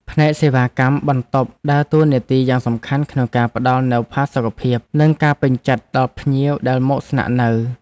ផ្នែកសេវាកម្មបន្ទប់ដើរតួនាទីយ៉ាងសំខាន់ក្នុងការផ្តល់នូវផាសុកភាព និងការពេញចិត្តដល់ភ្ញៀវដែលមកស្នាក់នៅ។